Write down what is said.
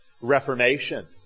Reformation